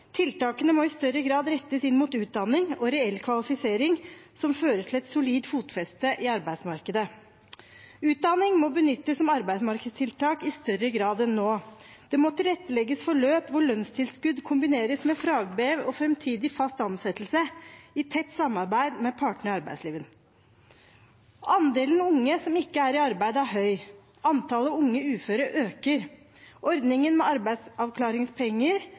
Tiltakene må i større grad rettes inn mot utdanning og reell kvalifisering som fører til et solid fotfeste i arbeidsmarkedet. Utdanning må benyttes som arbeidsmarkedstiltak i større grad enn nå. Det må tilrettelegges for løp hvor lønnstilskudd kombineres med fagbrev og framtidig fast ansettelse, i tett samarbeid med partene i arbeidslivet. Andelen unge som ikke er i arbeid, er høy. Antallet unge uføre øker. Ordningen med arbeidsavklaringspenger